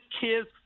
kids